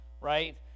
right